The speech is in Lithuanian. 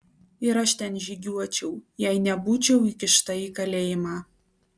ir aš ten žygiuočiau jei nebūčiau įkišta į kalėjimą